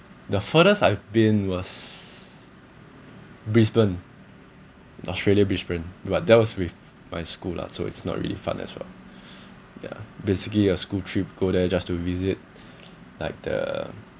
the furthest I've been was brisbane in australia brisbane but that was with my school lah so it's not really fun as well ya basically a school trip go there just to visit like the